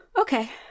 okay